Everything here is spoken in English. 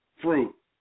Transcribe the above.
fruit